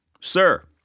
Sir